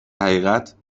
حقیقت